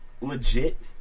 legit